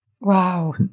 Wow